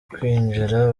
kwinjira